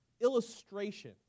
illustration